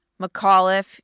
McAuliffe